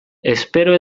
espero